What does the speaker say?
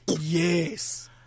yes